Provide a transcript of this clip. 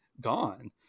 gone